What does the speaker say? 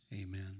Amen